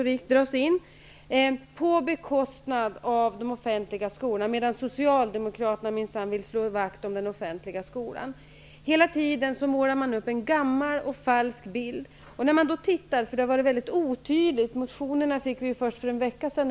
Man drar in all möjlig klasskampsretorik. Socialdemokraterna däremot vill slå vakt om den offentliga skolan, säger man. Man målar upp en gammal och falsk bild. Det hela har varit otydligt. Vi fick motionerna först för en vecka sedan.